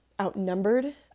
outnumbered